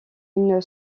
une